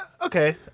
Okay